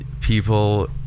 People